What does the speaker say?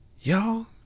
Y'all